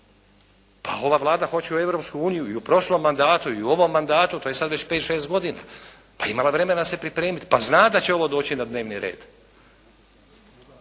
Pa ova Vlada hoće u Europsku uniju i u prošlom mandatu i u ovom mandatu, to je sad već pet, šest godina. Pa imala je vremena se pripremiti, zna da će ovo doći na dnevni red.